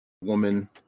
woman